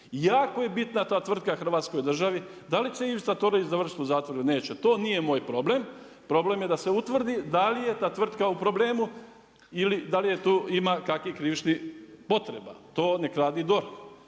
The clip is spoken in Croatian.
Jako je bitna ta tvrtka hrvatskoj državi, da li će Ivica Todorić završiti u zatvoru ili neće, to nije moj problem, problem je da se utvrdi da li je ta tvrtka u problemu i da li tu ima kakvih krivičnih potreba, to neka radi DORH.